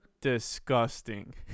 disgusting